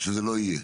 שזה לא יהיה.